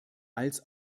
als